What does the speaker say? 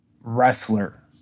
wrestler